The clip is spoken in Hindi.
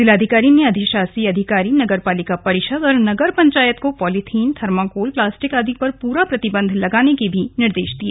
जिलाधिकारी ने अधिशासी अधिकारी नगर पालिका परिषद और नगर पंचायत को पॉलीथिन थर्माकोल प्लास्टिक आदि पर पूरा प्रतिबंध लगाने के भी निर्देश दिए